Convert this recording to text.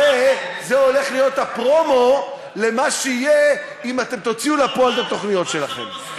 זה הולך להיות הפרומו למה שיהיה אם אתם תוציאו לפועל את התוכניות שלכם.